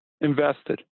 Invested